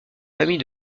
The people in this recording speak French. famille